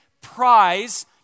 prize